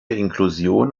inklusion